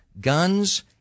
guns